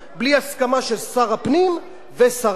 בלי הסכמה של שר הפנים ושר הדתות.